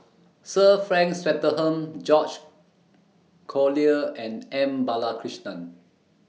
Sir Frank Swettenham George Collyer and M Balakrishnan